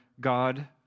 God